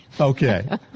Okay